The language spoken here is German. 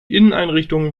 inneneinrichtung